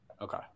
Okay